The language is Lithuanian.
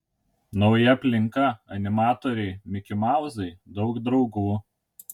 nauja aplinka animatoriai mikimauzai daug draugų